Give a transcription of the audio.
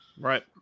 Right